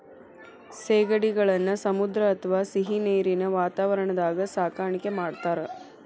ಸೇಗಡಿಗಳನ್ನ ಸಮುದ್ರ ಅತ್ವಾ ಸಿಹಿನೇರಿನ ವಾತಾವರಣದಾಗ ಸಾಕಾಣಿಕೆ ಮಾಡ್ತಾರ